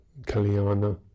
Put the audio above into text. Kalyana